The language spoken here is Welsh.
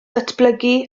datblygu